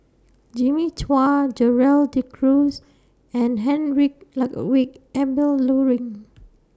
Jimmy Chua Gerald De Cruz and Heinrich Ludwig Emil Luering